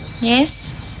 Yes